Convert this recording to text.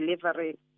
delivery